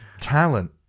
Talent